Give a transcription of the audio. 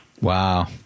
Wow